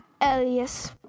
Elias